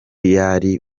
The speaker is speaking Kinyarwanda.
yari